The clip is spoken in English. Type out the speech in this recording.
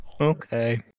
okay